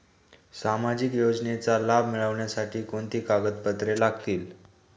सामाजिक योजनेचा लाभ मिळण्यासाठी कोणती कागदपत्रे लागतील?